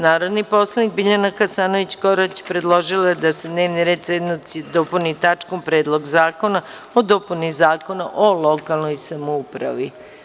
Narodni poslanik Biljana Hasanović Korać predložila je da se dnevni red sednice dopuni tačkom – Predlog zakona o dopuni Zakona o lokalnoj samoupravi.